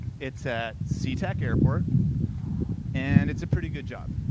it's at sea tac airport and it's a pretty good job.